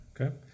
Okay